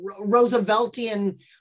Rooseveltian